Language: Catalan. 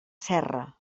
serra